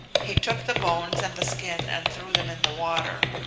he took the bones and the skin and threw them in the water.